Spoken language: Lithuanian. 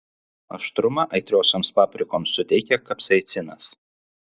aštrumą aitriosioms paprikoms suteikia kapsaicinas